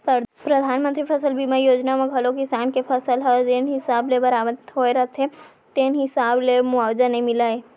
परधानमंतरी फसल बीमा योजना म घलौ किसान के फसल ह जेन हिसाब ले बरबाद होय रथे तेन हिसाब ले मुवावजा नइ मिलय